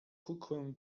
kukłę